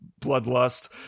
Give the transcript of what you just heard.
bloodlust